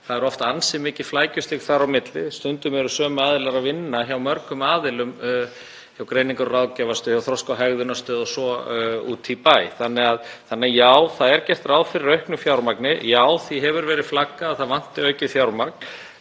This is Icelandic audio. Það er oft ansi mikið flækjustig þar á milli. Stundum eru sömu aðilar að vinna hjá mörgum aðilum, hjá Greiningar- og ráðgjafarstöð, hjá Þroska- og hegðunarstöð og svo úti í bæ. Þannig að: Já, það er gert ráð fyrir auknu fjármagni. Já, því hefur verið flaggað að það vanti aukið fjármagn.